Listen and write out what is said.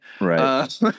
Right